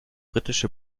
britische